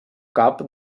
cap